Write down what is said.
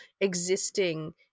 existing